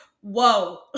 Whoa